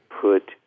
put